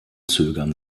zögern